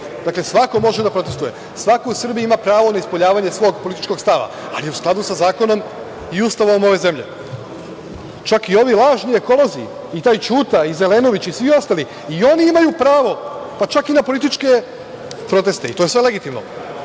Dakle, svako može da protestvuje, svako u Srbiji ima pravo na ispoljavanje svog političkog stava, ali u skladu sa zakonom i Ustavom ove zemlje. Čak, i ovi lažni ekolozi i taj Ćuta i Zelenović i svi ostali i oni imaju pravo, pa čak i na političke proteste i to je sve legitimno,